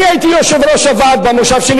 אני הייתי יושב-ראש הוועד במושב שלי,